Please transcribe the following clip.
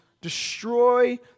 Destroy